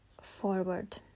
forward